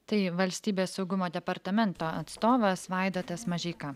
tai valstybės saugumo departamento atstovas vaidotas mažeika